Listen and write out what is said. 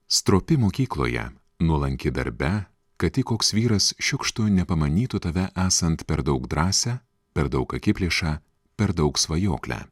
stropi mokykloje nuolanki darbe kad tik koks vyras šiukštu nepamanytų tave esant per daug drąsią per daug akiplėšą per daug svajoklę